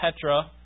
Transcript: Petra